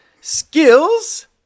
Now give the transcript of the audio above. skills